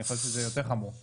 אני חושב שזה יותר חמור.